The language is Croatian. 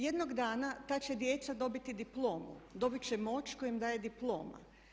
Jednog dana, ta će djeca dobiti diplomu, dobit će moć koju im daje diploma.